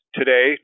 today